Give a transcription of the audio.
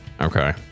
Okay